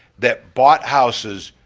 that bought houses,